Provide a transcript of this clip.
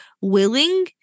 willing